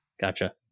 Gotcha